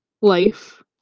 life